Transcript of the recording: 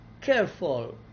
careful